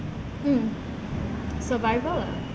in survival camp massive human sadness